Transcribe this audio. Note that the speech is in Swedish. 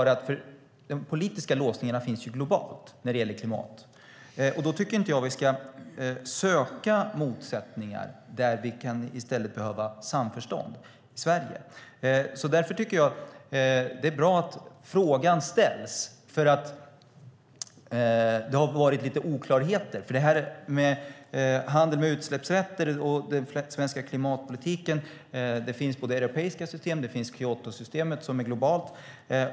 De politiska låsningarna finns ju globalt när det gäller klimatet. Jag tycker inte att vi i Sverige ska söka motsättningar där vi i stället kan behöva samförstånd. Det är bra att frågan ställs eftersom det funnits en del oklarheter. När det gäller handeln med utsläppsrätter och den svenska klimatpolitiken finns det europeiska system och även Kyotosystemet som är globalt.